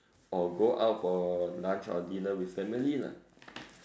or go out for lunch or dinner with family lah